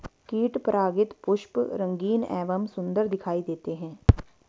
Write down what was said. कीट परागित पुष्प रंगीन एवं सुन्दर दिखाई देते हैं